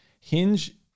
hinge